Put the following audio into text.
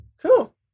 Cool